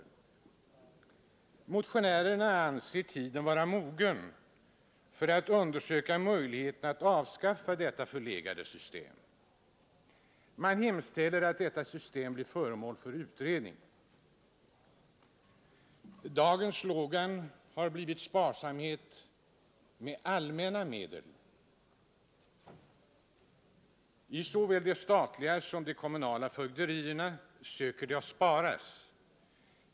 Motionärerna anser tiden vara mogen att undersöka möjligheterna att avskaffa detta förlegade system. Man hemställer om att detta system blir föremål för utredning. Dagens slogan har blivit sparsamhet med allmänna medel. I såväl de statliga som de kommunala fögderierna söker man spara.